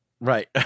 right